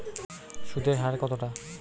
সুদের হার কতটা?